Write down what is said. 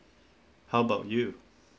how about you